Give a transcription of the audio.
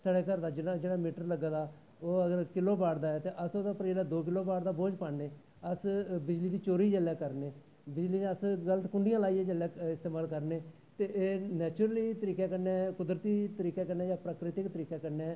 साढ़े घर दा जेह्ड़ा मीटर लग्गे दा ओह् जेह्ड़ा किलो बाड़ दा ऐ ते अस ओह्दे पर दो किलो बाड़ दा बोज पान्ने अस बिजलवी दी चोरी जिसलै करने बिजली दा अस गल्त कुंडियां लाइयै जिसलै इस्तेमाल करने ते एह् नैचुर्ली तरीकै कन्नै कुदरती तरीकै कन्नै जां प्राकृतिक तरीकै कन्नै